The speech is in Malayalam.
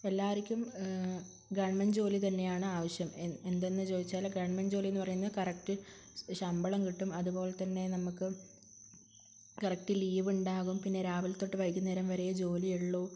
എല്ലാവര്ക്കും ഗവൺമെൻറ്റ് ജോലി തന്നെയാണ് ആവശ്യം എന്തെന്ന് ചോദിച്ചാല് ഗവൺമെൻറ്റ് ജോലിയെന്ന് പറയുന്നത് കറക്റ്റ് ശമ്പളം കിട്ടും അതുപോലെതന്നെ നമുക്ക് കറക്റ്റ് ലീവുണ്ടാകും പിന്നെ രാവിലെ തൊട്ട് വൈകുന്നേരം വരെയെ ജോലിയുള്ളൂ